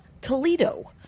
Toledo